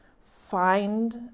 find